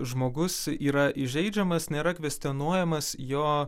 žmogus yra įžeidžiamas nėra kvestionuojamas jo